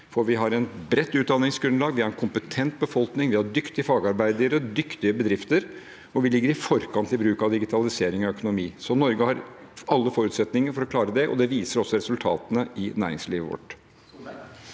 Vi har et bredt utdanningsgrunnlag, vi har en kompetent befolkning, vi har dyktige fagarbeidere og dyktige bedrifter, og vi ligger i forkant i bruk av digitalisering og økonomi. Norge har alle forutsetninger for å klare det, og det viser også resultatene i næringslivet vårt.